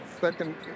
second